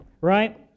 right